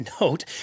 note